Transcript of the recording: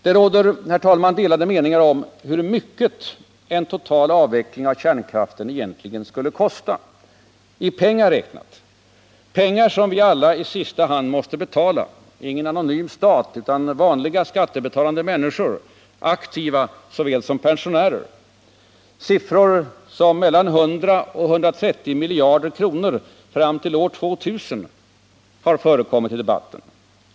Det råder, herr talman, delade meningar om hur mycket en total avveckling av kärnkraften egentligen skulle kosta i pengar räknat. Det är pengar som vi alla i sista hand måste betala — ingen anonym stat utan vanliga och 130 miljarder kronor fram till år 2000 förekommer i debatten.